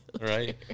Right